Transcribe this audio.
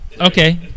Okay